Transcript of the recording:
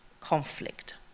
conflict